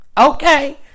okay